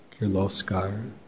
Kirloskar